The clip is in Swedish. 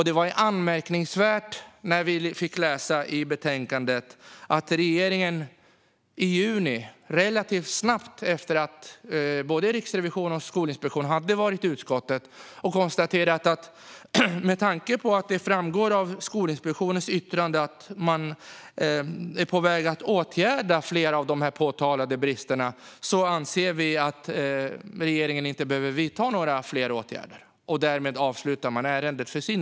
Det är anmärkningsvärt vad vi kan läsa i betänkandet, nämligen att regeringen framför i skrivelsen från juni - relativt snabbt efter att både Riksrevisionen och Skolinspektionen har besökt utskottet - att med tanke på att det framgår av Skolinspektionens yttrande att inspektionen är på väg att åtgärda flera av de påtalade bristerna behöver regeringen inte vidta fler åtgärder. Därmed avslutas ärendet.